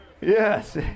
Yes